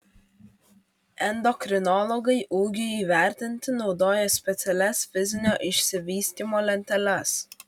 endokrinologai ūgiui įvertinti naudoja specialias fizinio išsivystymo lenteles